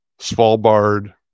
Svalbard